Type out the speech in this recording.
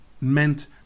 meant